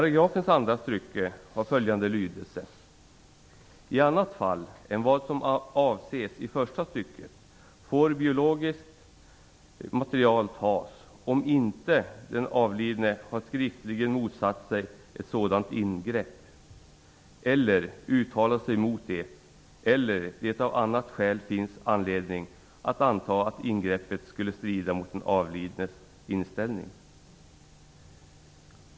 annat fall än som avses i första stycket får biologiskt material tas, om inte den avlidne har skriftligen motsatt sig ett sådant ingrepp eller uttalat sig mot det eller det av annat skäl finns anledning att anta att ingreppet skulle strida mot den avlidnes inställning."